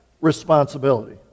responsibility